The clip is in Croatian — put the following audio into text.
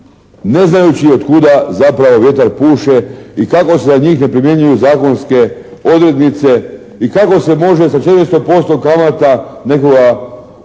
ne znajući od kuda zapravo vjetar puše i kako se na njih primjenjuju zakonske odrednice i kako se može sa 400% kamata nekoga opteretiti